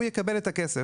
הוא יקבל את הכסף.